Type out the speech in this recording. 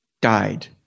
died